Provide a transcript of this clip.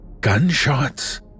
gunshots